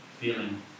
feeling